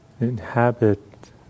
inhabit